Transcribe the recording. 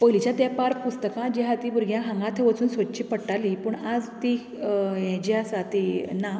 पयलीच्या तेपार पुस्तकां जी आहा तीं भुरग्यांक हांगा थंय वचून सोदचीं पडटालीं पूण आज तीं हें जें आसा तीं ना